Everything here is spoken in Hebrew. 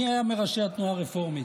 מי היה מראשי התנועה הרפורמית?